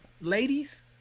ladies